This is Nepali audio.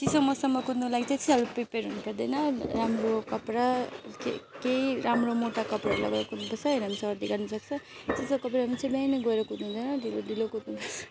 चिसो मौसममा कुद्नुको लागि चाहिँ त्यति साह्रो प्रिपेयर हुनुपर्दैन राम्रो कपडा के केही राम्रो मोटा कपडा लगाएको हुनुपर्छ होइन भने सर्दी लाग्नसक्छ चिसो कपडामा चाहिँ बिहानै गएर कुद्नु हुँदैन ढिलो ढिलो कुद्नुपर्छ